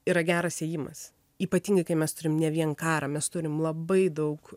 yra geras ėjimas ypatingai kai mes turim ne vien karą mes turim labai daug